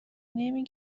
نمی